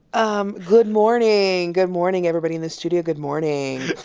um good morning. good morning, everybody in the studio. good morning